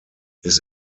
his